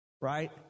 right